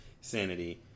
sanity